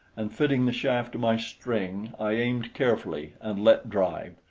and fitting the shaft to my string, i aimed carefully and let drive.